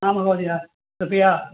हा महोदय कृपया